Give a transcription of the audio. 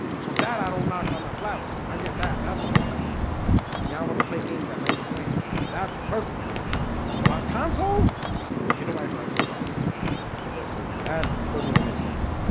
so that i don't knock on that platform. i get that that's understandable when y'all want to play games at ninety frames that's perfectly understandable, but on console anybody bragging about the best version that doesn't make sense?